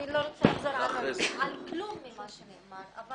אני לא רוצה לחזור על דבר מהדברים שנאמרו אבל